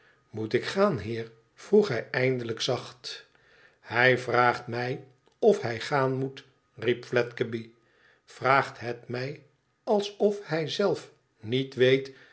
imoet ik gaan heer vroeg hij emdelijk zacht ihij vraagt mij of hij gaan moet riep fledgeby ivraagthetmij alsof hij zelf niet weet